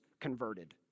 converted